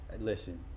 listen